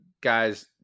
guys